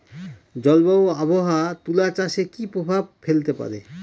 জলবায়ু ও আবহাওয়া তুলা চাষে কি প্রভাব ফেলতে পারে?